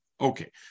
Okay